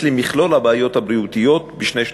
למכלול הבעיות הבריאותיות בשני שלבים: